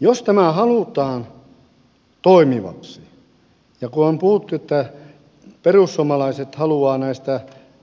jos tämä halutaan toimivaksi ja kun on puhuttu että perussuomalaiset haluavat